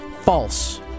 false